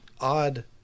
odd